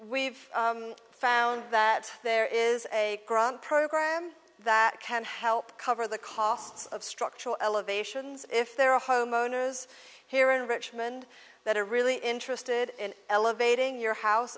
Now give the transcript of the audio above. we've found that there is a program that can help cover the costs of structural elevations if there are homeowners here in richmond that are really interested in elevating your house